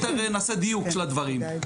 יותר נעשה דיוק של הדברים,